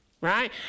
right